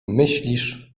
myślisz